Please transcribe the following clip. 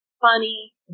funny